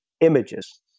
images